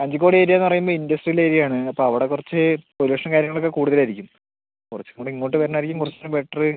കഞ്ചിക്കോട് ഏരിയയെന്നു പറയുമ്പം industrial area ആണ് അപ്പം അവിടെ കുറച്ച് പൊല്യൂഷൻ കാര്യങ്ങളൊക്കെ കൂടുതൽ ആയിരിക്കും കുറച്ചുംകൂടി ഇങ്ങോട്ട് വരണ ആയിരിക്കും കുറച്ചുംകൂടി ബെറ്റർ